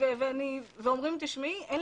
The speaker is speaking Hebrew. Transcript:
אני לא יכול